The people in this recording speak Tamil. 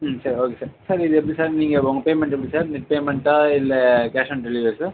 ம் சரி ஓகே சார் சார் நீங்கள் எப்படி சார் நீங்கள் உங்கள் பேமெண்ட் எப்படி சார் நெட் பேமெண்ட்டா இல்லை கேஷ் ஆன் டெலிவரியா சார்